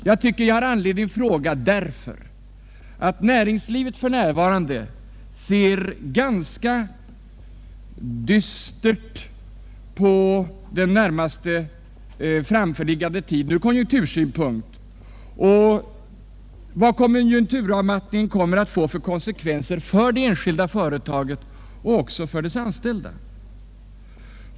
Jag tycker jag har anledning fråga därför att näringslivet för närvarande ser ganska dystert på den närmast framförliggande tiden ur konjunktursynpunkt och på vad konjunkturavmattningen kommer att få för konsekvenser för det enskilda företaget och dess anställda.